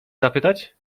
zapytać